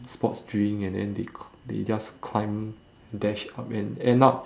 sports drink and then they c~ they just climb dash up and end up